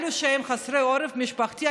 אלה שהם חסרי עורף משפחתי,